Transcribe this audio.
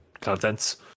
contents